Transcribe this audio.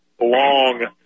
long